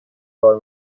کار